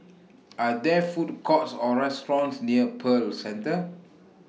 Are There Food Courts Or restaurants near Pearl Centre